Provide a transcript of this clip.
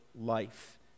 life